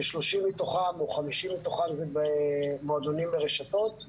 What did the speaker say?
כ-30 מתוכם או 50 מתוכם זה במועדונים ורשתות,